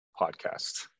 podcast